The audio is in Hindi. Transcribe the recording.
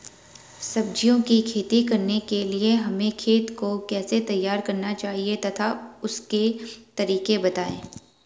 सब्जियों की खेती करने के लिए हमें खेत को कैसे तैयार करना चाहिए तथा उसके तरीके बताएं?